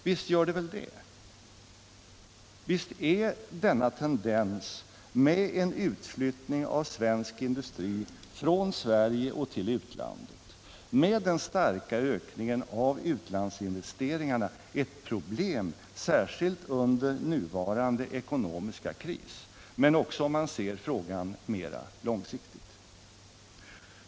Visst gör det väl det! Visst är denna tendens med en utflyttning av svensk industri från Sverige till utlandet med den starka ökningen av utlandsinvesteringarna ett problem särskilt under nuvarande ekonomiska kris, men också om man ser frågan mera långsiktigt.